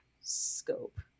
scope